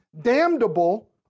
damnable